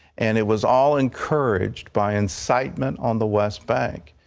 and it was all encouraged by incitement on the west bank.